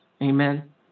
Amen